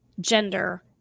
gender